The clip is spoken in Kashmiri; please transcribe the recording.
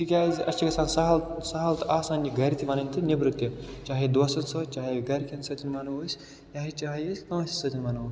تِکیٛازِ اَسہِ چھِ گَژھان سہل سہل تہٕ آسان یہِ گَرِ تہِ وَنٕنۍ تہٕ نیٚبرٕ تہِ چاہے دوستَن سۭتۍ چاہے گَرکٮ۪ن سۭتۍ وَنو أسۍ یا یہِ چاہے أسۍ کٲنٛسہِ سۭتۍ وَنو